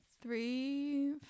three